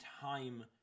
time